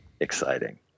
exciting